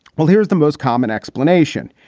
well, here's the most common explanation.